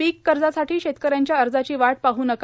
पीक कर्जासाठी शेतक यांच्या अर्जाची वाट पाह नका